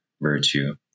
virtue